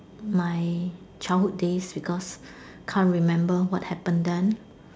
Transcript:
my childhood days because can't remember what happen then